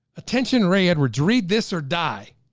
attention ray edwards, read this or die.